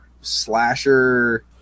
slasher